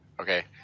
okay